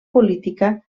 política